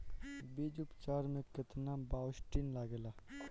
बीज उपचार में केतना बावस्टीन लागेला?